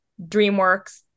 DreamWorks